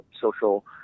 social